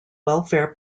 welfare